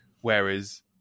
Whereas